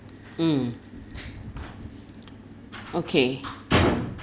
mm okay